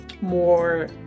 more